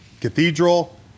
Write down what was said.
Cathedral